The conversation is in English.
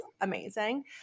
amazing